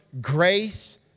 grace